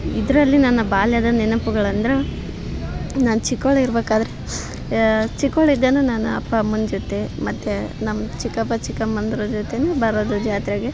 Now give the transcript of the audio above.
ಇದರಲ್ಲಿ ನನ್ನ ಬಾಲ್ಯದ ನೆನಪುಗಳಂದರ ನಾನು ಚಿಕ್ಕವ್ಳು ಇರ್ಬೇಕಾದರೆ ಚಿಕ್ಕವ್ಳಿಂದನು ನಾನು ಅಪ್ಪ ಅಮ್ಮನ ಜೊತೆ ಮತ್ತು ನಮ್ಮ ಚಿಕ್ಕಪ್ಪ ಚಿಕ್ಕಮ್ಮಂದ್ರ ಜೊತೆನೇ ಬರೋದು ಜಾತ್ರೆಗೆ